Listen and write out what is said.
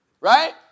right